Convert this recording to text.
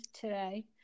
today